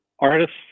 Artists